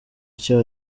icyo